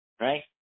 right